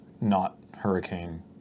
not-Hurricane